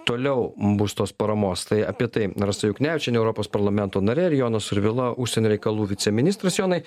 toliau bus tos paramos tai apie tai rasa juknevičienė europos parlamento narė ir jonas survila užsienio reikalų viceministras jonai